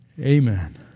Amen